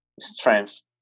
strength